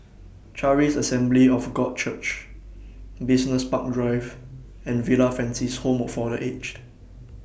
Charis Assembly of God Church Business Park Drive and Villa Francis Home For The Aged